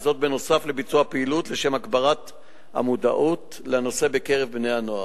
וזאת נוסף על ביצוע פעילות לשם הגברת המודעות לנושא בקרב בני-הנוער.